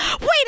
wait